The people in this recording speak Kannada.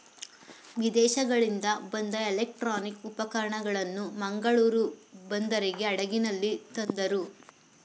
ವಿದೇಶಗಳಿಂದ ಬಂದ ಎಲೆಕ್ಟ್ರಾನಿಕ್ ಉಪಕರಣಗಳನ್ನು ಮಂಗಳೂರು ಬಂದರಿಗೆ ಹಡಗಿನಲ್ಲಿ ತಂದರು